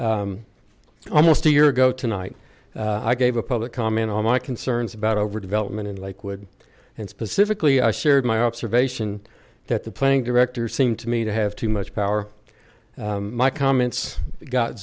almost a year ago tonight i gave a public comment on my concerns about overdevelopment in lakewood and specifically i shared my observation that the playing director seemed to me to have too much power my comments got